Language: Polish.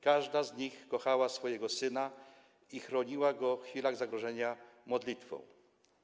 Każda z nich kochała swojego syna i chroniła go w chwilach zagrożenia modlitwą.